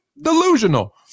Delusional